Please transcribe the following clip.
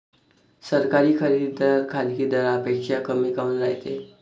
सरकारी खरेदी दर खाजगी दरापेक्षा कमी काऊन रायते?